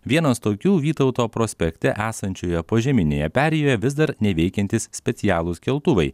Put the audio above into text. vienas tokių vytauto prospekte esančioje požeminėje perėjoje vis dar neveikiantys specialūs keltuvai